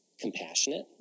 compassionate